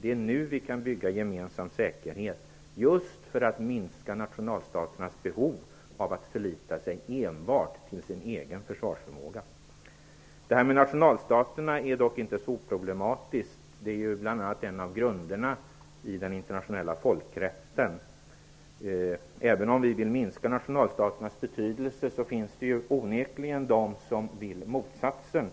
Det är nu vi kan bygga en gemensam säkerhet just för att minska nationalstaternas behov av att förlita sig enbart till deras egen försvarsförmåga. Det här med nationalstater är dock inte så oproblematiskt. Det är bl.a. en av grunderna i den internationella folkrätten. Även om vi vill minska nationalstaternas betydelse finns det onekligen de som vill motsatsen